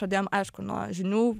pradėjom aišku nuo žinių